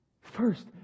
First